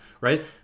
right